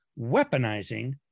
weaponizing